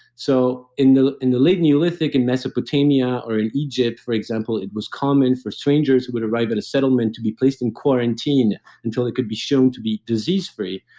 so, in the in the late neolithic and mesopotamia or in egypt, for example, it was common for strangers who would arrive at a settlement to be placed in quarantine until they could be shown to be disease free,